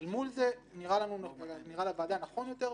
שעומד ממול נראה לוועדה נכון יותר,